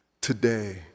today